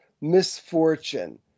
misfortune